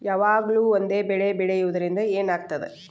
ಯಾವಾಗ್ಲೂ ಒಂದೇ ಬೆಳಿ ಬೆಳೆಯುವುದರಿಂದ ಏನ್ ಆಗ್ತದ?